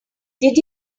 did